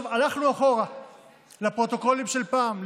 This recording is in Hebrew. הלכנו אחורה לפרוטוקולים של פעם,